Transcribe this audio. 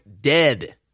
dead